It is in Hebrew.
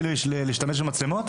להשתמש במצלמות.